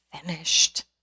finished